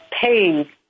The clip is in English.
paid